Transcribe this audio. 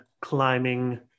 climbing